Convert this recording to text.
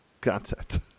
concept